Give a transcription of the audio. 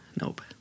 Nope